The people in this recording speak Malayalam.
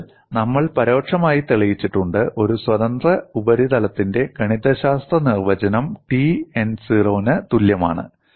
അതിനാൽ നമ്മൾ പരോക്ഷമായി തെളിയിച്ചിട്ടുണ്ട് ഒരു സ്വതന്ത്ര ഉപരിതലത്തിന്റെ ഗണിതശാസ്ത്ര നിർവചനം T n0 ന് തുല്യമാണ്